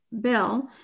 bill